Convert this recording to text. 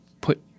put